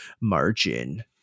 margin